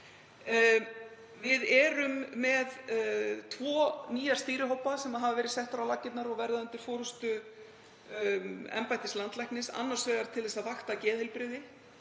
Við erum með tvo nýja stýrihópa sem hafa verið settir á laggirnar og verða undir forystu embættis landlæknis, annars vegar til að vakta geðheilbrigði